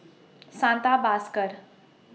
Santha